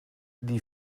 die